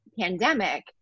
pandemic